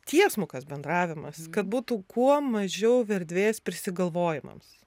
tiesmukas bendravimas kad būtų kuo mažiau v erdvės prisigalvojimams